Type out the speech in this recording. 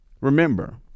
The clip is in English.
remember